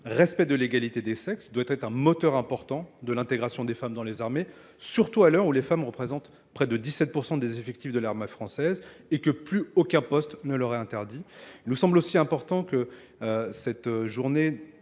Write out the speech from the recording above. respect de l'égalité des sexes doit être un moteur important de l'intégration des femmes dans les armées, surtout à l'heure où les femmes représentent près de 17% des effectifs de l'armée française et que plus aucun poste ne leur est interdit. Il nous semble aussi important que cette journée